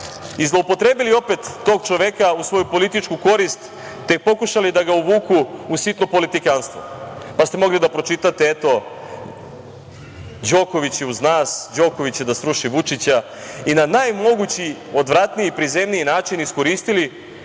i zloupotrebili opet tog čoveka u svoju političku korist, te pokušali da ga uvuku u sitno politikanstvo. Mogli ste da pročitate - Đoković je uz nas, Đoković će da sruši Vučića, i na najmogući, odvratniji i prizemniji način iskoristili